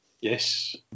Yes